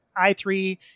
I3